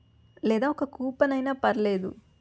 లేదా ఒక కూపనైనా పర్లేదు